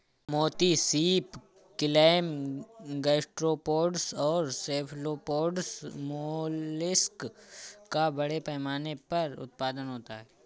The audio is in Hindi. मोती सीप, क्लैम, गैस्ट्रोपोड्स और सेफलोपोड्स मोलस्क का बड़े पैमाने पर उत्पादन होता है